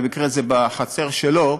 במקרה זה בחצר שלו,